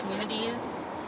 communities